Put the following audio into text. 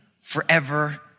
forever